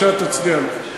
אני מצדיע לו.